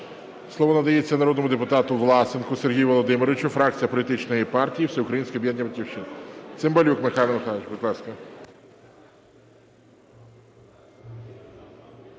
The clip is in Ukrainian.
Слово надається народному депутату Власенку Сергію Володимировичу, фракція політичної партії "Всеукраїнське об'єднання "Батьківщина".